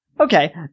Okay